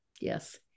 Yes